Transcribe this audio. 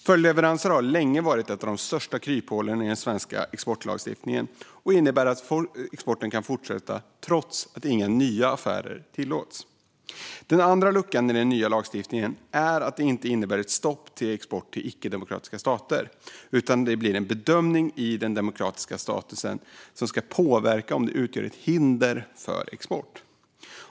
Följdleveranser har länge varit ett av de största kryphålen i den svenska exportlagstiftningen. Detta innebär att exporten kan fortsätta trots att inga nya affärer tillåts. Den andra luckan i den nya lagstiftningen är att den inte innebär ett stopp för export till icke-demokratiska stater, utan det blir en bedömning av den demokratiska statusen som ska påverka om den utgör ett hinder för export.